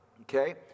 okay